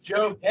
Joe